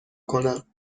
کنم